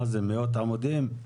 אלה מאות עמודים?